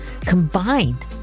combined